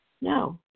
no